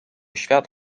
świat